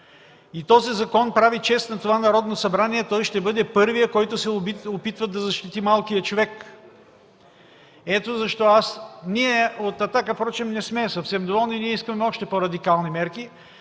Този закон прави чест на това Народно събрание. Той ще бъде първият, който се опитва да защити малкия човек. Впрочем ние от „Атака” не сме съвсем доволни, ние искаме още по-радикални мерки.